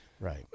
Right